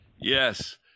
Yes